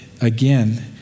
again